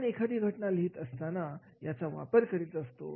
आपण एखादी घटना लिहीत असताना याचा वापर करीत असतो